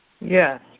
Yes